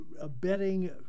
abetting